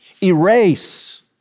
Erase